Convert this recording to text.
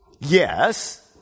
Yes